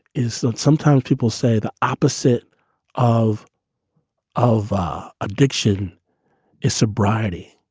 is that sometimes people say the opposite of of addiction is sobriety.